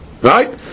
Right